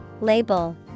Label